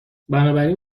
بنابراین